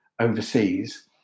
overseas